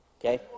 Okay